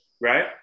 Right